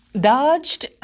dodged